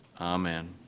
Amen